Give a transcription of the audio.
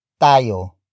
tayo